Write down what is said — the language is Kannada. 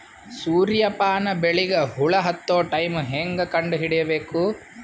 ಸೂರ್ಯ ಪಾನ ಬೆಳಿಗ ಹುಳ ಹತ್ತೊ ಟೈಮ ಹೇಂಗ ಕಂಡ ಹಿಡಿಯಬೇಕು?